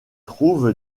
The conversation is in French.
trouve